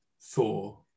thor